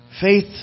Faith